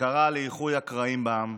שקרא לאיחוי הקרעים בעם,